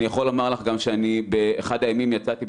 אני יכול לומר לך שבאחד הימים אני יצאתי,